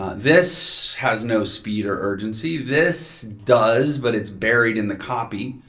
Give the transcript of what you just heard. ah this has no speed or urgency. this does but it's buried in the copy.